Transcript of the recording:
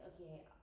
okay